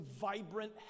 vibrant